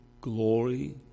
glory